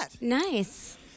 Nice